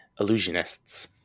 illusionists